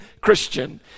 Christian